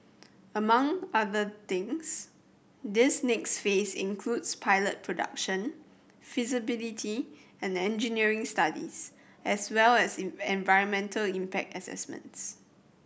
among other things this next phase includes pilot production feasibility and engineering studies as well as environmental impact assessments